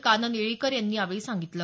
कानन येळीकर यांनी यावेळी सांगितलं